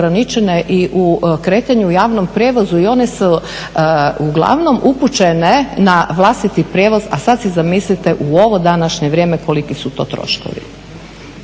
i u kretanju u javnom prijevozu i one su uglavnom upućene na vlastiti prijevoz, a sad si zamislite u ovo današnje vrijeme koliki su to troškovi.